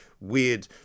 weird